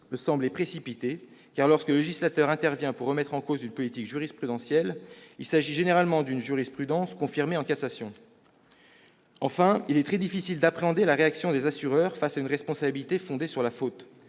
peut sembler précipité, car lorsque le législateur intervient pour remettre en cause une politique jurisprudentielle, il s'agit généralement d'une jurisprudence confirmée en cassation. Enfin, il est très difficile d'appréhender la réaction des assureurs face à une responsabilité fondée sur la faute.